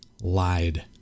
lied